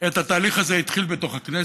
בעת שהתהליך הזה התחיל בתוך הכנסת,